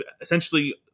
essentially